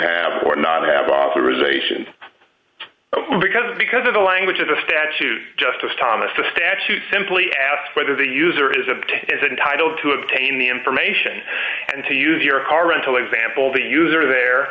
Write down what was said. have or not have authorization because because of the language of the statute justice thomas the statute simply asks whether the user has obtained is entitled to obtain the information and to use your car rental example the user there